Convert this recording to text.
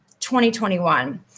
2021